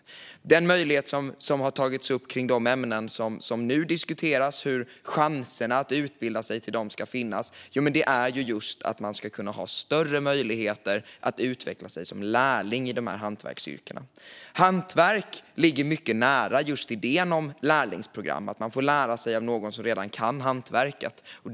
När det gäller de ämnen som nu diskuteras och chanserna att utbilda sig i dem handlar det om att man ska ha större möjligheter att utveckla sig som lärling i hantverksyrken. Hantverk ligger mycket nära idén om lärlingsprogram - man får lära sig av någon som redan kan hantverket.